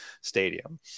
stadium